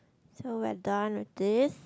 so I done with this